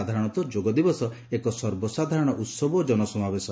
ସାଧାରଣତଃ ଯୋଗ ଦିବସ ଏକ ସର୍ବସାଧାରଣ ଉତ୍ସବ ଓ ଜନସମାବେଶ